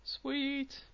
Sweet